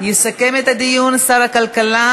יסכם את הדיון שר הכלכלה